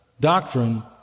doctrine